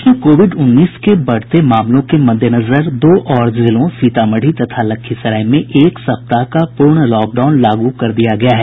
प्रदेश में कोविड उन्नीस के बढ़ते मामलों के मद्देनजर दो और जिलों सीतामढ़ी तथा लखीसराय में एक सप्ताह का पूर्ण लॉकडाउन लागू कर दिया गया है